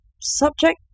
Subject